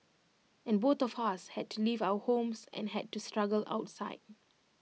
and both of us had to leave our homes and had to struggle outside